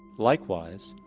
likewise,